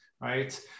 right